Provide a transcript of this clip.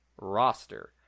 roster